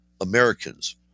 Americans